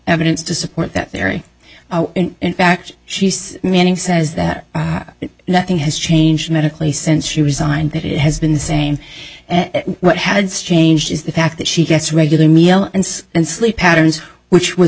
evidence to support that there are in fact she's manning says that nothing has changed medically since she resigned that it has been the same and what has changed is the fact that she gets regular meal and and sleep patterns which was